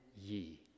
ye